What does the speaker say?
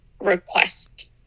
request